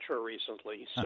recently